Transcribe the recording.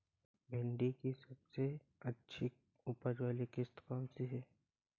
भिंडी की सबसे अच्छी उपज वाली किश्त कौन सी है?